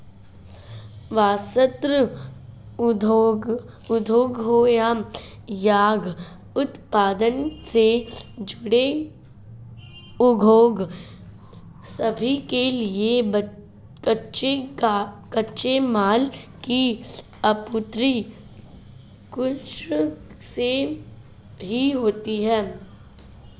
वस्त्र उद्योग हो या खाद्य उत्पादन से जुड़े उद्योग सभी के लिए कच्चे माल की आपूर्ति कृषि से ही होती है